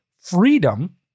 freedom